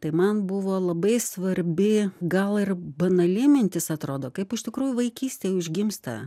tai man buvo labai svarbi gal ir banali mintis atrodo kaip iš tikrųjų vaikystėj užgimsta